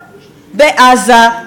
בעזה,